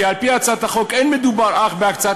כי על-פי הצעת החוק אין מדובר אך ורק בהקצאת